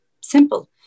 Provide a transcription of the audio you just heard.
simple